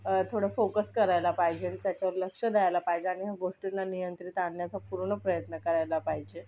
थोडं फोकस करायला पाहिजे आणि त्याच्यावर लक्ष द्यायला पाहिजे आणि ह्या गोष्टींना नियंत्रित आणण्याचा पूर्ण प्रयत्न करायला पाहिजे